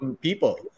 people